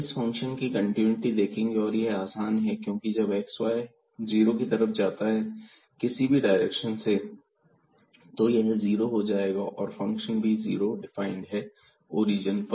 इस फंक्शन की कंटीन्यूटी देखेंगे और यह आसान है क्योंकि जब xy जीरो की तरफ जाता है किसी भी डायरेक्शन से तो यह जीरो हो जाएगा और फंक्शन भी जीरो डिफाइंड है ओरिजन पर